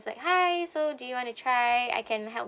like hi so do you want to try I can help